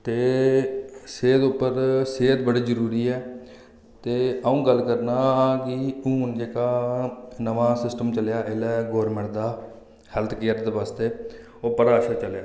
ते सेह्त उप्पर सेह्त बड़ी जरूरी ऐ ते अऊं गल्ल करना कि हून जेह्का नमां सिस्टम चलेआ जेल्लै गौरमैंट दा हैल्थ केयर दे आस्तै ओह् बड़ा अच्छा चलेआ